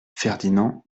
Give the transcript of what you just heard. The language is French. ferdinand